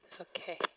Okay